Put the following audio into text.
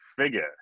figure